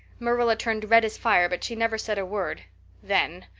marilla turned red as fire but she never said a word then.